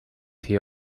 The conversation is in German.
tee